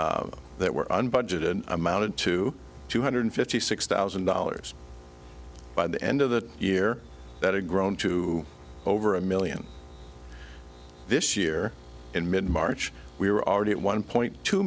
purchases that were unbudgeted amounted to two hundred fifty six thousand dollars by the end of the year that are grown to over a million this year in mid march we were already at one point two